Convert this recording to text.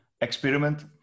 experiment